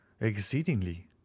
Exceedingly